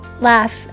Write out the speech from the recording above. laugh